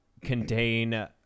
Contain